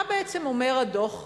מה בעצם אומר הדוח?